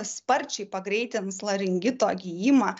sparčiai pagreitins laringito gijimą